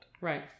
Right